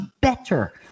better